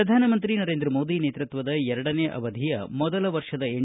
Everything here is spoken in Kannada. ಪ್ರಧಾನಮಂತ್ರಿ ನರೇಂದ್ರ ಮೋದಿ ನೇತೃತ್ವದ ಎರಡನೇ ಅವಧಿಯ ಮೊದಲ ವರ್ಷದ ಎನ್